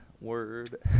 word